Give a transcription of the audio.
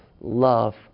love